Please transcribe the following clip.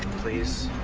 please.